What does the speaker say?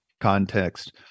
context